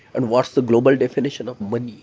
and what's the global definition of money?